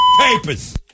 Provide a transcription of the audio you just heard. papers